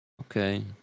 Okay